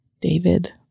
David